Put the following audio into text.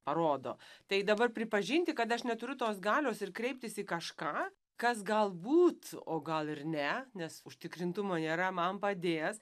parodo tai dabar pripažinti kad aš neturiu tos galios ir kreiptis į kažką kas galbūt o gal ir ne nes užtikrintumo nėra man padės